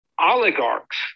oligarchs